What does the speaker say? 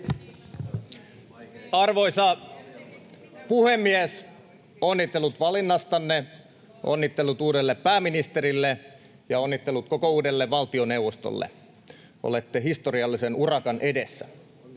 Arvoisa puhemies! Onnittelut valinnastanne, onnittelut uudelle pääministerille ja onnittelut koko uudelle valtioneuvostolle! Olette historiallisen urakan edessä.